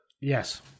Yes